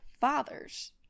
fathers